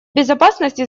безопасности